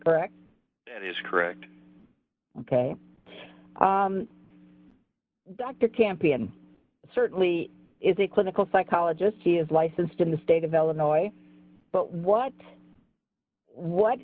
correct that is correct dr campion certainly is a clinical psychologist he is licensed in the state of illinois but what what